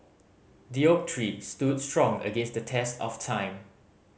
the oak tree stood strong against the test of time